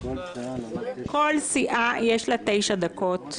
לכל סיעה יש 9 דקות,